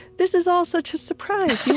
this is all such a surprise.